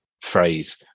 phrase